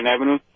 Avenue